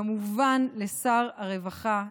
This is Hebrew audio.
כמובן לשר הרווחה,